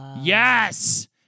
Yes